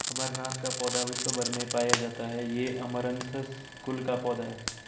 अमरनाथ का पौधा विश्व् भर में पाया जाता है ये अमरंथस कुल का पौधा है